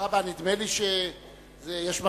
תודה רבה.